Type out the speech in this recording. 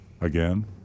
Again